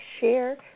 share